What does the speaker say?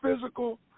physical